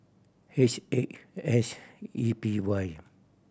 H eight S E P Y